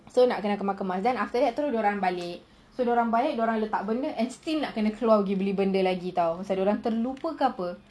so nak kena kemas-kemas then after that terus dorang balik so dorang balik dorang letak benda and still nak kena keluar beli benda [tau]